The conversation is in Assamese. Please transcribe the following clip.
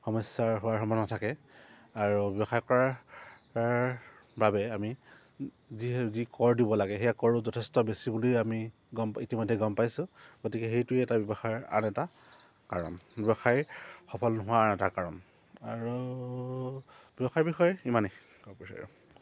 সমস্যা হোৱাৰ সম্ভাৱনা থাকে আৰু ব্যৱসায় কৰাৰ অৰ বাবে আমি যি যি কৰ দিব লাগে সেই কৰো যথেষ্ট বেছি বুলি আমি গম পাই ইতিমধ্যে গম পাইছোঁ গতিকে সেইটোৱে এটা ব্যৱসায়ৰ আন এটা কাৰণ ব্যৱসায় সফল নোহোৱা আন এটা কাৰণ আৰু ব্যৱসায়ৰ বিষয়ে ইমানেই